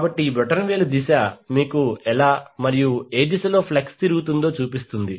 కాబట్టి ఈ బొటనవేలు దిశ మీకు ఎలా మరియు ఏ దిశలో ఫ్లక్స్ తిరుగుతుందో చూపుతుంది